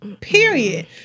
period